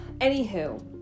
Anywho